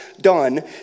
done